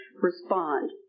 respond